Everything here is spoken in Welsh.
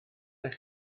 eich